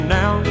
now